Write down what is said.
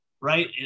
right